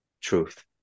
truth